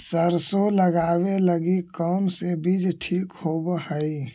सरसों लगावे लगी कौन से बीज ठीक होव हई?